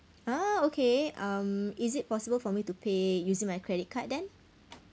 ah okay um is it possible for me to pay using my credit card then